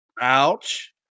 Ouch